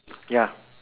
ya